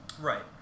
Right